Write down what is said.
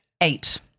Eight